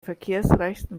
verkehrsreichsten